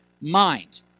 mind